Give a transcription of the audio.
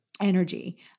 energy